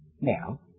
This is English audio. now